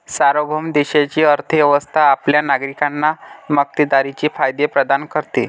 सार्वभौम देशाची अर्थ व्यवस्था आपल्या नागरिकांना मक्तेदारीचे फायदे प्रदान करते